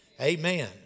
Amen